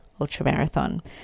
Ultramarathon